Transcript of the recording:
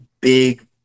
big